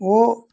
वो